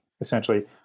essentially